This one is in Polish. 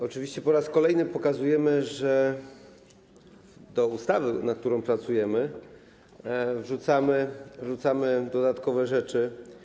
Oczywiście po raz kolejny pokazujemy, że do ustawy, nad którą pracujemy, wrzucamy dodatkowe rzeczy.